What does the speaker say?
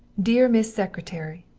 deer miss secretary,